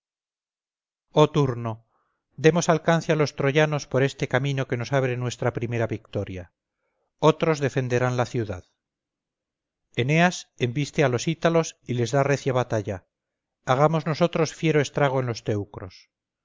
oh turno demos alcance a los troyanos por este camino que nos abre nuestra primera victoria otros defenderán la ciudad eneas embiste a los ítalos y les da recia batalla hagamos nosotros fiero estrago en los teucros